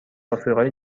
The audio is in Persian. آفریقای